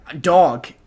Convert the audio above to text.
dog